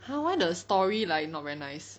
!huh! why the story like not very nice